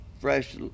fresh